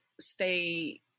stay